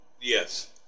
Yes